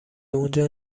اونجا